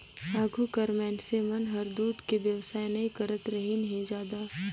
आघु कर मइनसे मन हर दूद के बेवसाय नई करतरहिन हें जादा